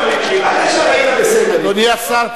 אדוני השר,